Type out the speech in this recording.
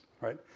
right